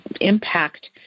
impact